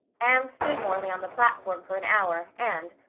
anne stood morley on the platform for an hour and.